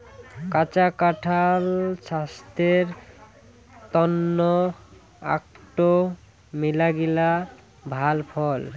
কাঁচা কাঁঠাল ছাস্থের তন্ন আকটো মেলাগিলা ভাল ফল